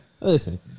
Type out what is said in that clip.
listen